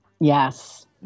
Yes